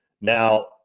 Now